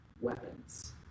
weapons